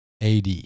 AD